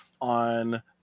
on